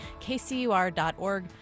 kcur.org